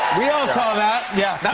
we all saw that. yeah that